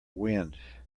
wind